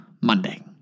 Monday